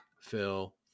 Phil